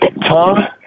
Tom